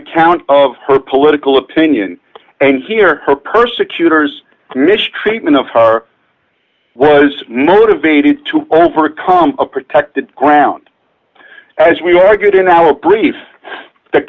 account of her political opinion and here her persecutors mistreatment of her was motivated to overcome a protected ground as we argued in our brief the